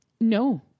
no